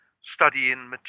studying